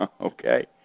Okay